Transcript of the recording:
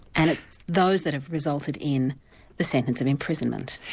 and it's those that have resulted in the sentence of imprisonment.